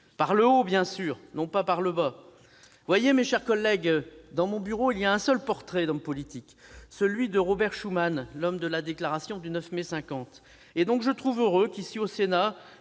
par le haut, bien sûr, et non pas par le bas. Mes chers collègues, dans mon bureau, il y a un seul portrait d'homme politique : celui de Robert Schuman, l'homme de la déclaration du 9 mai 1950. Aussi, je trouve heureux que, ici, au Sénat,